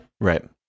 Right